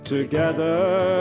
Together